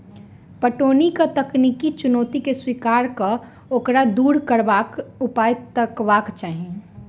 पटौनीक तकनीकी चुनौती के स्वीकार क ओकरा दूर करबाक उपाय तकबाक चाही